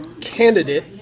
candidate